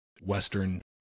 Western